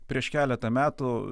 prieš keletą metų